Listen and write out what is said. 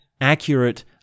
accurate